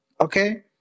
Okay